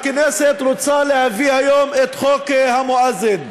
הכנסת רוצה להביא היום את חוק המואזין.